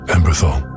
Emberthal